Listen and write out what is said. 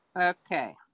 Okay